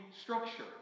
structure